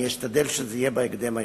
אני אשתדל שזה יהיה בהקדם האפשרי.